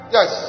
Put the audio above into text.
Yes